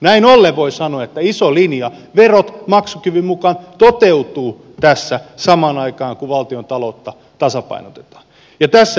näin ollen voi sanoa että iso linja verot maksukyvyn mukaan toteutuu tässä samaan aikaan kun valtiontaloutta tasapainotetaan